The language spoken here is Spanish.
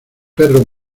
perro